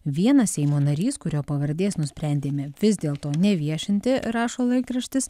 vienas seimo narys kurio pavardės nusprendėme vis dėlto neviešinti rašo laikraštis